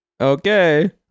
Okay